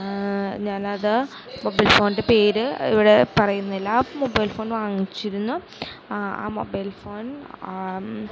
ഞാനത് മൊബൈൽ ഫോണിൻ്റെ പേര് ഇവിടെ പറയുന്നില്ല മൊബൈൽ ഫോൺ വാങ്ങിച്ചിരുന്നു ആ മൊബൈൽ ഫോൺ